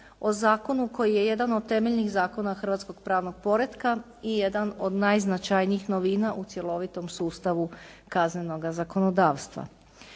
o zakonu koji je jedan od temeljnih zakona Hrvatskog pravnog poretka i jedan od najznačajnijih novina u cjelovitom sustavu kaznenoga zakonodavstva.